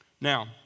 Now